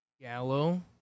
Gallo